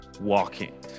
walking